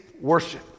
worship